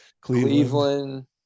Cleveland